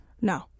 No